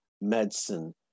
medicine